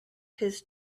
his